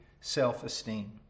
self-esteem